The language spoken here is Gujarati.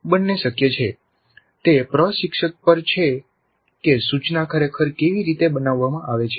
બંને શક્ય છે તે પ્રશિક્ષક પર છે કે સૂચના ખરેખર કેવી રીતે બનાવવામાં આવે છે